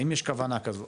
האם יש כוונה כזו?